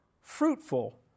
fruitful